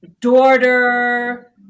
daughter